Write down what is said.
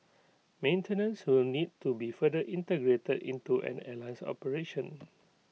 maintenance will need to be further integrated into an airline's operation